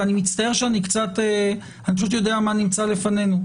אני מצטער, אבל אני פשוט יודע מה נמצא לפנינו.